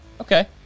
Okay